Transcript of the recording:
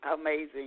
amazing